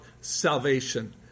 salvation